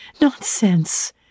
Nonsense